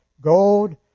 gold